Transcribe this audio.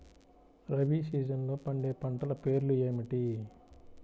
రబీ సీజన్లో పండే పంటల పేర్లు ఏమిటి?